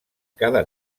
cada